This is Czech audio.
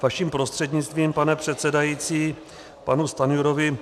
Vaším prostřednictvím, pane předsedající, panu Stanjurovi.